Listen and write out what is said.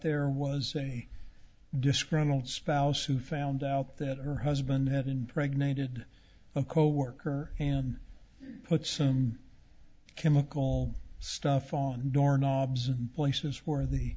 there was a disgruntled spouse who found out that her husband had impregnated a coworker and put some chemical stuff on door knobs places where the